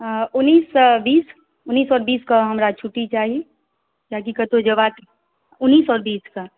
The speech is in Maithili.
आ उन्नैससँ बीस उन्नैस आओर बीसकेँ हमरा छुट्टी चाही किएकि कतहु जेबाक उन्नैस आओर बीसकेँ